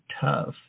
tough